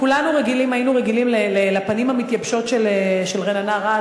כולנו היינו רגילים לפנים המתייבשות של רננה רז,